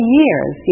years